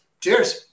Cheers